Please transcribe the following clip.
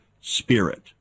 spirit